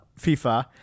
fifa